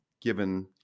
given